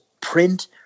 print